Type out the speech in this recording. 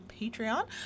Patreon